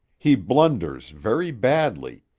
he blunders very badly.